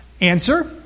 Answer